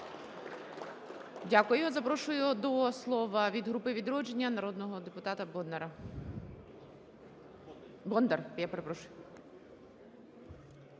Дякую. Запрошую до слова від групи "Відродження" народного депутата Боднара.